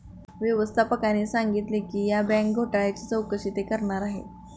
व्यवस्थापकाने सांगितले की या बँक घोटाळ्याची चौकशी ते करणार आहेत